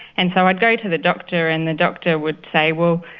and so i'd go to the doctor and the doctor would say well,